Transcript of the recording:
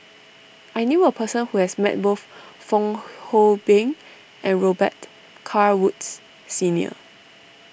I knew a person who has met both Fong Hoe Beng and Robet Carr Woods Senior